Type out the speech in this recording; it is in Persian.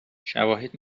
شواهد